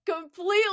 completely